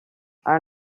are